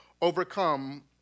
overcome